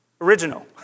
original